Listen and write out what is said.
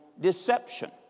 deception